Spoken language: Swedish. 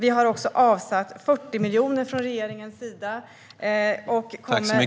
Vi har avsatt 40 miljoner från regeringens sida och kommer .